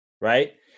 Right